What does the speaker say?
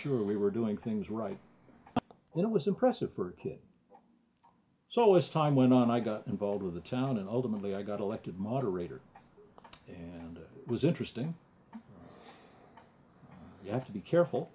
sure we were doing things right and it was impressive for him so as time went on i got involved with the town and ultimately i got elected moderator and it was interesting you have to be careful